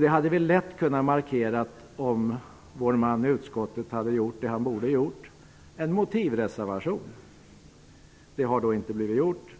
Det hade vi lätt kunnat markera, om vår representant i utskottet hade gjort vad han borde ha gjort, nämligen avgivit en motivreservation. Detta har inte skett,